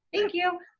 thank you.